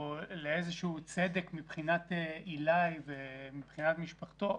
לאיזשהו צדק מבחינת עילי ומבחינת משפחתו,